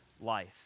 life